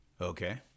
Okay